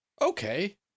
okay